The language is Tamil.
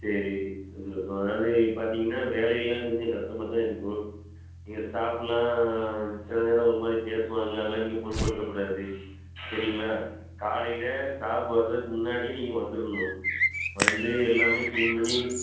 சரி சந்தோஷம் அதாவது பார்த்திங்கன்னா வேலைலாம் கொஞ்சம் கஷ்டமா தான் இருக்கும் இங்கே ஸ்டாஃப்புலாம் சில நேரம் ஒரு மாதிரி பேசுவாங்க அதெல்லாம் நீங்கள் பொருட்படுத்தக்கூடாது சரிங்களா காலையில் ஸ்டாஃப் வர்றதுக்கு முன்னாடியே நீங்கள் வந்துடணும் வந்து எல்லாமே க்ளீன் பண்ணி